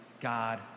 God